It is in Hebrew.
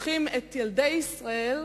לוקחים את ילדי ישראל,